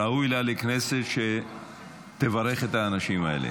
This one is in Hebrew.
ראוי לה לכנסת שתברך את האנשים האלה.